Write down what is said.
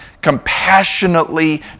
compassionately